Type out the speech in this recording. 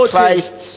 Christ